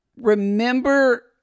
remember